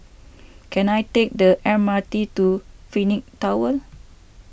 can I take the M R T to Phoenix Tower